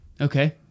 Okay